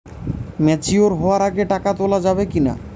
Mature হওয়ার আগে টাকা তোলা যাবে কিনা?